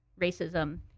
racism